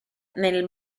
nel